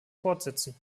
fortsetzen